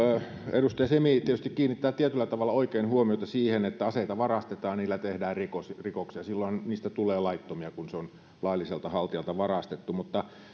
edustaja semi kiinnittää tietyllä tavalla tietysti oikein huomiota siihen että aseita varastetaan ja niillä tehdään rikoksia rikoksia silloin niistä tulee laittomia kun ase on lailliselta haltijalta varastettu mutta